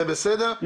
זה בסדר,